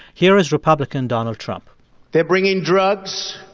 here is republican donald trump they're bringing drugs.